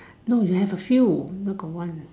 no you have a few not got one lah